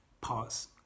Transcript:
parts